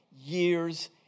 years